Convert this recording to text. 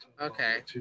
Okay